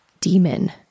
demon